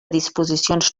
disposicions